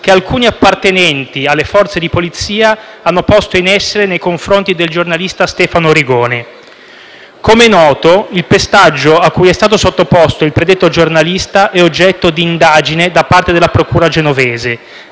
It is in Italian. che alcuni appartenenti alle Forze di polizia hanno posto in essere nei confronti del giornalista Stefano Origone. Com'è noto, il pestaggio a cui è stato sottoposto il predetto giornalista è oggetto di indagine da parte della procura genovese,